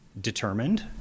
determined